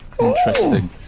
Interesting